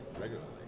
regularly